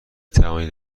توانید